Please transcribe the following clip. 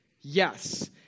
Yes